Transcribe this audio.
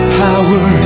power